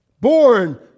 Born